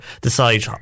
decide